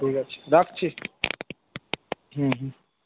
ঠিক আছে রাখছি হুম হুম